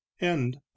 End